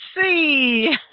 see